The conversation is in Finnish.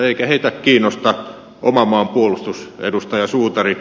eikö heitä kiinnosta oman maan puolustus edustaja suutari